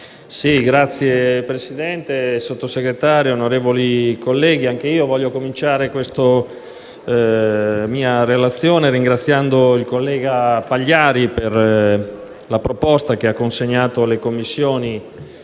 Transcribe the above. Presidente, signora Sottosegretario, onorevoli colleghi, anche io voglio cominciare la mia relazione ringraziando il collega Pagliari per la proposta che ha consegnato alle Commissioni